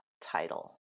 title